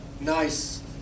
nice